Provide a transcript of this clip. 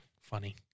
funny